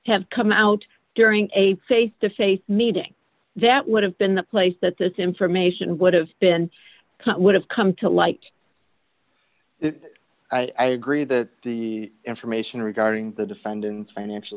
have come out during a face to face meeting that would have been the place that this information would have been cut would have come to light it i agree that the information regarding the defendant's financial